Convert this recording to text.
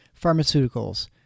pharmaceuticals